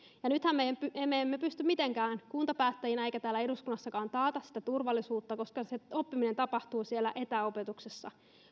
nythän me emme pysty mitenkään kuntapäättäjinä emmekä täällä eduskunnassakaan takaamaan sitä turvallisuutta koska se oppiminen tapahtuu siellä etäopetuksessa